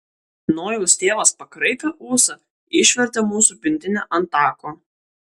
nojaus tėvas pakraipė ūsą išvertė mūsų pintinę ant tako